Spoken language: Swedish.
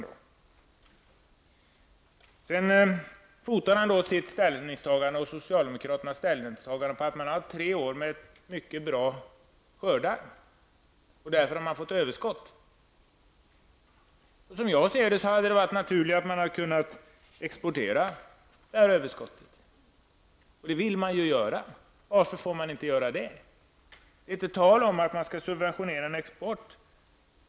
Kaj Larsson fotar sitt och socialdemokraternas ställningstagande på att man har haft tre år med mycket bra skördar. Därför har man för överskott. Som jag ser det hade det naturliga varit att man hade kunnat exportera överskottet. Det vill man också göra. Varför får man inte göra det? Det är inte tal om att subventionera någon export.